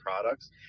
products